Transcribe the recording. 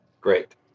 Great